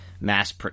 Mass